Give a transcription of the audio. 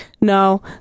no